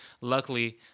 Luckily